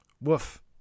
Woof